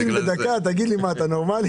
למרות החברות שלנו,